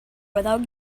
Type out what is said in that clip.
without